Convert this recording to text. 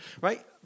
right